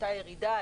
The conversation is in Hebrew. הייתה ירידה?